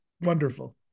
Wonderful